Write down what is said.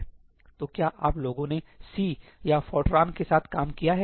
तो क्या आप लोगों ने सी या फोरट्रान के साथ काम किया है